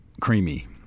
creamy